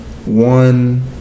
one